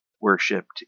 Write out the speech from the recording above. worshipped